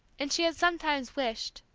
and she had sometimes wished,